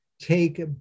take